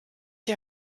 die